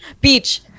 Beach